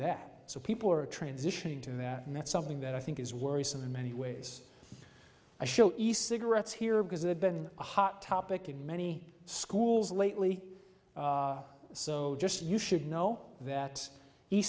that so people are transitioning to that and that's something that i think is worrisome in many ways i show east cigarettes here because it's been a hot topic in many schools lately so just you should know that the